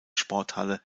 sporthalle